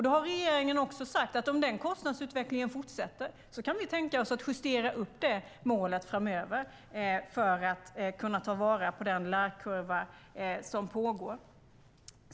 Då har regeringen sagt att om den kostnadsutvecklingen fortsätter kan vi tänka oss att justera upp målet framöver för att kunna ta vara på den lärokurvan.